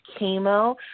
chemo